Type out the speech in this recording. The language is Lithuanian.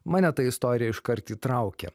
mane ta istorija iškart įtraukė